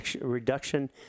reduction